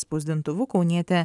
spausdintuvu kaunietė